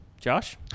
Josh